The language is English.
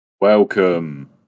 Welcome